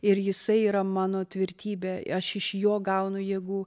ir jisai yra mano tvirtybė aš iš jo gaunu jėgų